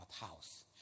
house